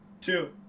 Two